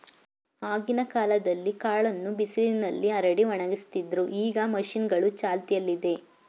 ಆಗಿನ ಕಾಲ್ದಲ್ಲೀ ಕಾಳನ್ನ ಬಿಸಿಲ್ನಲ್ಲಿ ಹರಡಿ ಒಣಗಿಸ್ತಿದ್ರು ಈಗ ಮಷೀನ್ಗಳೂ ಚಾಲ್ತಿಯಲ್ಲಿದೆ